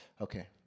Okay